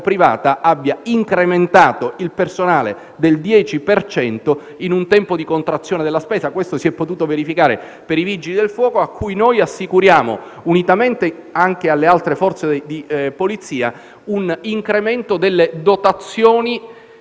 privata abbia incrementato il personale del 10 per cento in un tempo di contrazione della spesa. Questo si è potuto verificare per i Vigili del fuoco, a cui noi assicuriamo, unitamente alle altre forze di polizia, un incremento delle dotazioni